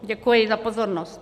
Děkuji za pozornost.